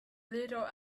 little